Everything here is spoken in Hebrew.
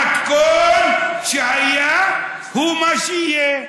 המתכון שהיה הוא מה שיהיה.